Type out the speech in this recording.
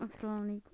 اَسلامُ علیکُم